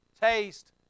taste